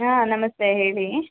ಹಾಂ ನಮಸ್ತೆ ಹೇಳಿ